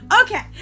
Okay